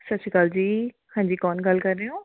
ਸਤਿ ਸ਼੍ਰੀ ਅਕਾਲ ਜੀ ਹਾਂਜੀ ਕੌਣ ਗੱਲ ਕਰ ਰਹੇ ਹੋ